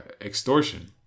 extortion